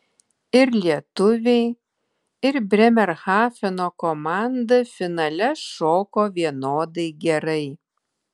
ir lietuviai ir brėmerhafeno komanda finale šoko vienodai gerai